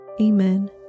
Amen